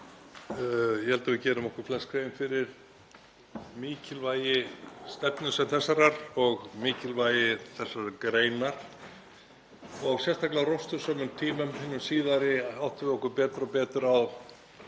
Ég held að við gerum okkur flest grein fyrir mikilvægi stefnu sem þessarar og mikilvægi þessarar greinar og sérstaklega á róstusömum tímum hinum síðari áttum við okkur betur og betur á